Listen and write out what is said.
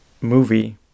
movie